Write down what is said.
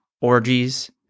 orgies